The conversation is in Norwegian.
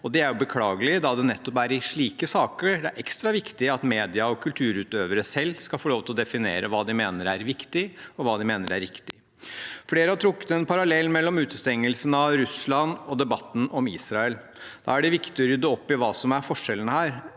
Det er beklagelig, da det nettopp er i slike saker det er ekstra viktig at mediene og kulturutøvere selv skal få lov til å definere hva de mener er viktig, og hva de mener er riktig. Flere har trukket en parallell mellom utestengelsen av Russland og debatten om Israel. Da er det viktig å rydde opp i hva som er forskjellen her.